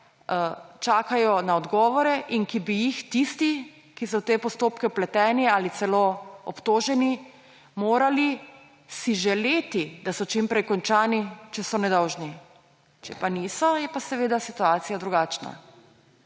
čakajo na odgovore, ki bi si jih tisti, ki so v te postopke vpleteni ali celo obtoženi, morali želeti, da so čim prej končani, če so nedolžni. Če pa niso, je pa seveda situacija drugačna.